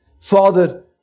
Father